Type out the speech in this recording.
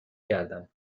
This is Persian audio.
کردم